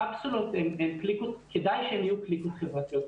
הקפסולות, כדאי שהן יהיו קליקות חברתיות.